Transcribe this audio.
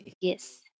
Yes